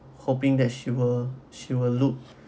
hoping that she will she will look